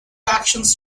actions